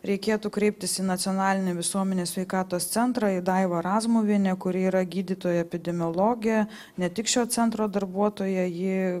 reikėtų kreiptis į nacionalinį visuomenės sveikatos centrą į daivą razmuvienę kuri yra gydytoja epidemiologė ne tik šio centro darbuotoja ji